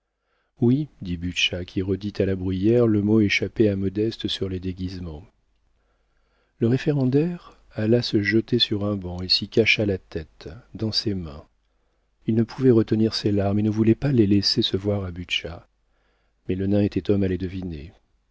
oui dit butscha qui redit à la brière le mot échappé à modeste sur les déguisements le référendaire alla se jeter sur un banc et s'y cacha la tête dans ses mains il ne pouvait retenir ses larmes et ne voulait pas les laisser voir à butscha mais le nain était homme à les deviner